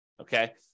okay